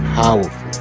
powerful